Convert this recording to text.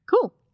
cool